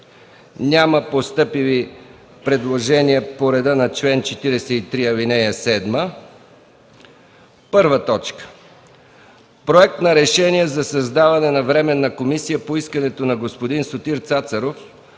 Няма постъпили предложения по реда на чл. 43, ал. 7. 1. Проект на решение за създаване на Временна комисия по искането на господин Сотир Цацаров